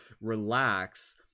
relax